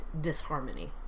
disharmony